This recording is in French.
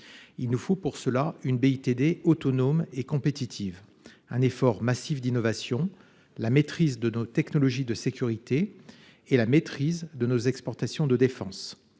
Il nous faut pour cela une BITD autonome et compétitive, un effort massif d'innovation la maîtrise de nos technologies de sécurité et la maîtrise de nos exportations de défense.